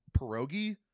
pierogi